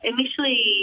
Initially